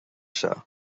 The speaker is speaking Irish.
seo